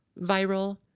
viral